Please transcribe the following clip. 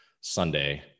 Sunday